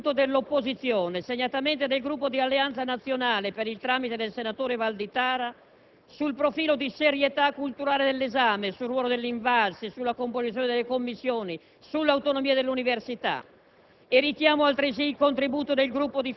Richiamo, in particolare, il contributo dell'opposizione, segnatamente del Gruppo di Alleanza Nazionale, per il tramite del senatore Valditara, sul profilo di serietà culturale dell'esame, sul ruolo dell'Invalsi, sulla composizione delle commissioni, sull'autonomia dell'università.